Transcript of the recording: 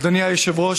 אדוני היושב-ראש,